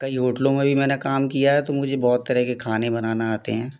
कई होटलों में भी मैने काम किया है तो मुझे बहुत तरह के खाने बनाना आते हैं